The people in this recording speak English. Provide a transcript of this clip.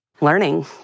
learning